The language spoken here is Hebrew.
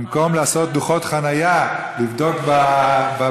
במקום לעשות דוחות חנייה, לבדוק בבניינים,